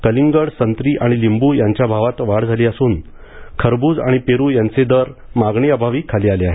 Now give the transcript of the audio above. कलिंगड संत्री आणि लिंब् यांच्या भावात वाढ झाली तर खरब्रज आणि पेरू यांचे दर मागणी अभावी खाली आले आहेत